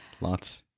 lots